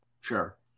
sure